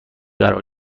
قرار